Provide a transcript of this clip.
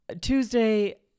Tuesday